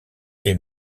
est